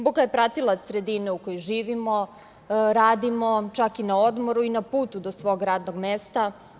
Buka je pratilac sredine u kojoj živimo, radimo, čak i na odmoru i na putu do svog radnog mesta.